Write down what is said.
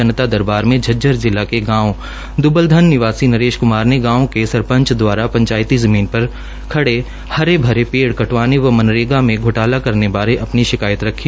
जनता दरबार में झज्जर जिला गांव द्बलधन निवासी नरेश कुमार ने गांव के सरपंच दवारा पंचायती ज़मीन पर खड़े हरे भरे पेड़ कटवाने व मनरेगा में घोटाला करने बारे अपनी शिकायत रखी